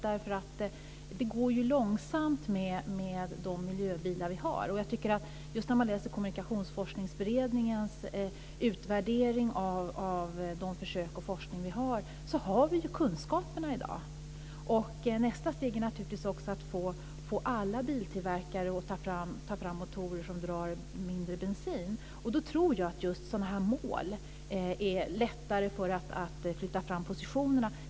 Utvecklingen för miljöbilen går långsamt. När man läser Kommunikationsforskningsberedningens utvärdering av de försök och den forskning som finns ser man att vi i dag har kunskaperna. Nästa steg är att få alla biltillverkare att ta fram motorer som drar mindre bensin. Då tror jag att just sådana mål gör det lättare att flytta fram positionerna.